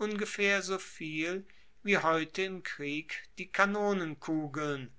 ungefaehr soviel wie heute im krieg die kanonenkugeln